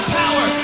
power